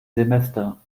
semester